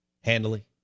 handily